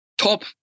top